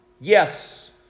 Yes